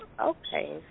Okay